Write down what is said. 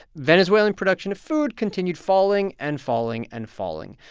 venezuelan production of food continued falling and falling and falling.